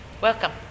Welcome